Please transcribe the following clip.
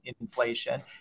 inflation